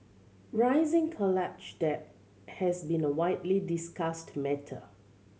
rising college debt has been a widely discussed matter